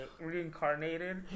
reincarnated